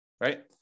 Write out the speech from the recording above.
Right